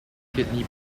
kidney